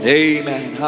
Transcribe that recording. amen